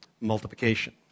multiplication